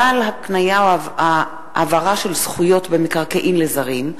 על הקניה או העברה של זכויות במקרקעין לזרים),